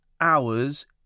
hours